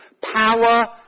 power